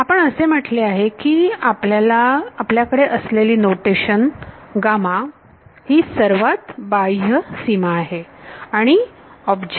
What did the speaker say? आपण असे म्हटले आहे की आपल्याकडे असलेली नोटेशन ही सर्वात बाह्य सीमा आहे आणि ऑब्जेक्ट